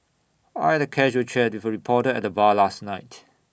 I'd A casual chat with A reporter at the bar last night